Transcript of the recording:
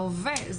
ההווה.